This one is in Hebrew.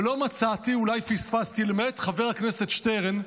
ולא מצאתי, אולי פספסתי, למעט חבר הכנסת שטרן,